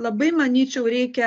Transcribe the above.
labai manyčiau reikia